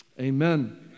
Amen